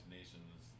nations